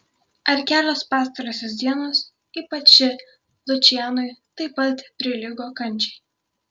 ar kelios pastarosios dienos ypač ši lučianui taip pat prilygo kančiai